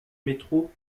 métro